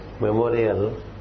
memorial